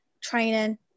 training